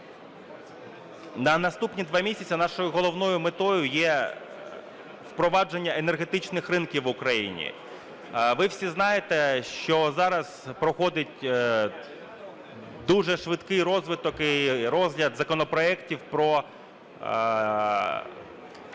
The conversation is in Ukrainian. На наступні два місяці нашою головною метою є впровадження енергетичних ринків в Україні. Ви всі знаєте, що зараз проходить дуже швидкий розвиток і розгляд законопроектів, які відповідають